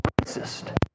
racist